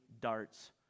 darts